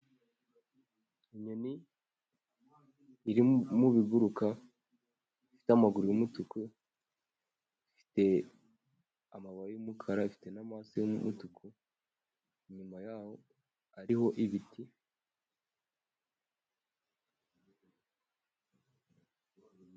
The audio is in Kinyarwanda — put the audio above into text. Inyoni iri mu biguruka bifite amaguru yumutuku, ifite amababa y'umukara afite n'amaso y'umutuku , inyuma yaho hariho ibiti.